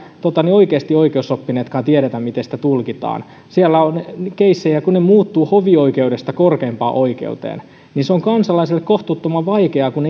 oikeasti oikeusoppineetkaan tiedä miten sitä tulkitaan on keissejä jotka muuttuvat hovioikeudesta korkeimpaan oikeuteen se on kansalaiselle kohtuuttoman vaikeaa kun